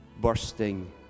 bursting